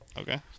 Okay